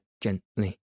gently